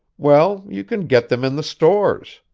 well, you can get them in the stores.